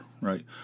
right